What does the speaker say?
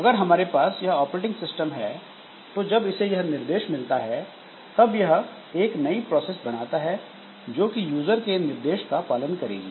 अगर हमारे पास यह ऑपरेटिंग सिस्टम है तो जब इसे यह निर्देश मिलता है तब यह एक नई प्रोसेस बनाता है जो कि यूजर के इस निर्देश का पालन करेगा